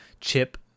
chip